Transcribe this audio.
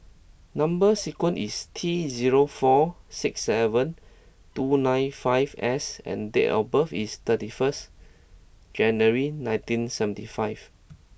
number sequence is T zero four six seven two nine five S and date of birth is thirty first January nineteen seventy five